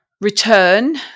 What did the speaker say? return